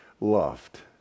loved